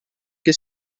che